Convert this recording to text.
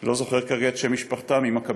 לא זוכר כרגע את שם משפחתה, ממכבים.